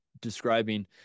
describing